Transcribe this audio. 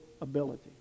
ability